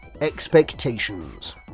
Expectations